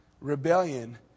rebellion